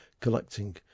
collecting